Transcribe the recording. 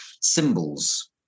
symbols